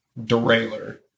derailleur